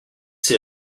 ces